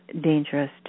dangerous